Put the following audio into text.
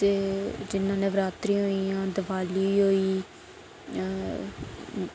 जे जि'यां नवरात्रे होई गेइयां दिवाली होई गेई